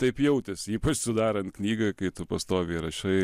taip jautėsi ypač sudarant knygą kai tu pastoviai rašai